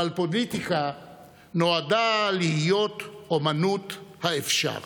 אבל פוליטיקה נועדה להיות אומנות האפשר,